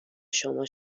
شما